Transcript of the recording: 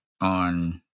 on